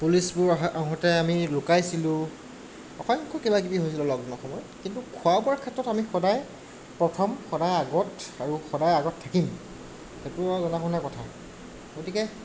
পুলিচবোৰ আহোঁতে আমি লুকাইছিলো অসংখ্য কিবাকিবি হৈছিলে লকডাউনৰ সময়ত কিন্তু খোৱা বোৱাৰ ক্ষেত্ৰত আমি সদায় প্ৰথম সদায় আগত আৰু সদায় আগত থাকিম সেইটো আৰু জনা শুনা কথা গতিকে